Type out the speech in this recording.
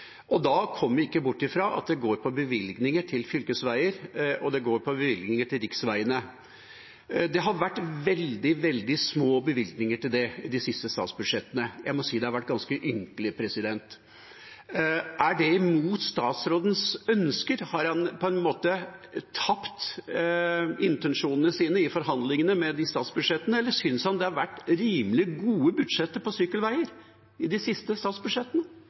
Da kommer vi ikke bort fra at det går på bevilgninger til fylkesveier, og det går på bevilgninger til riksveier. Det har vært veldig, veldig små bevilgninger til det i de siste statsbudsjettene. Jeg må si det har vært ganske ynkelig. Er det mot statsrådens ønsker? Har han på en måte tapt intensjonene sine i forhandlingene om de statsbudsjettene, eller synes han de siste statsbudsjettene har vært rimelig gode budsjetter når det gjelder sykkelveier?